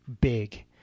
big